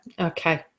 okay